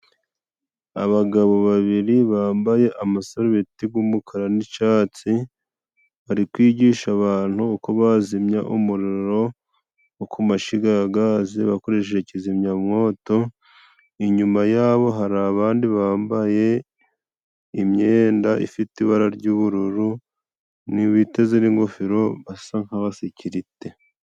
Abagabo babiri bambaye amasarubeti g'umukara n'icatsi, bari kwigisha abantu uko bazimya umuriro wo ku mashiga ya gazi, but akoresheje kizimyamwoto. Inyuma yabo hari abandi bambaye imyenda ifite ibara ry'ubururu, biteze n'ingofero basa nk'abasikirite.